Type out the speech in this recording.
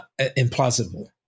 implausible